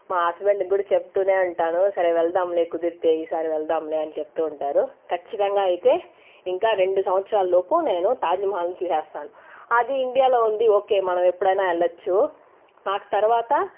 మా హస్బెండ్ కి కూడా చెప్తూనే ఉంటాను సరే వెళ్దాంలే కుదురితే ఈ సారి వెళ్దాంలే అని చెప్తూ ఉంటారు ఖచ్చితంగా అయితే ఇంకా రెండు సంవత్సరాలలోపు నేను తాజ్మహల్ చూసేస్తాను అది ఇండియాలో ఉంది ఓకే మనం ఎప్పుడైనా వెళ్లొచ్చు నాకు తర్వాత